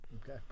Okay